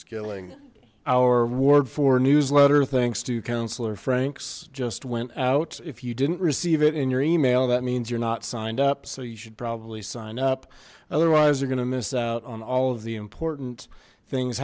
skilling our ward four newsletter thanks to councillor frank's just went out if you didn't receive it in your email that means you're not signed up so you should probably sign up otherwise you're gonna miss out on all of the important things